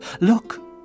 Look